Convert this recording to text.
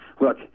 look